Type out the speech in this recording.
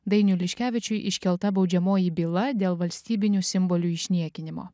dainiui liškevičiui iškelta baudžiamoji byla dėl valstybinių simbolių išniekinimo